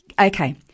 Okay